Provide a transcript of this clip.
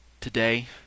today